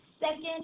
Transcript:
second